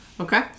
Okay